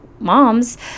moms